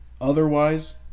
otherwise